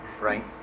right